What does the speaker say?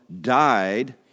died